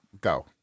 go